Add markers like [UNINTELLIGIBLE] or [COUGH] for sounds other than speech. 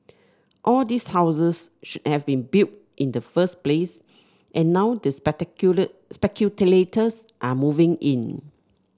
all these houses shouldn have been built in the first place and now the [UNINTELLIGIBLE] speculators are moving in